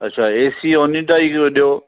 अच्छा एसी ओनिडा ई जी ॾियो